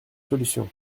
solution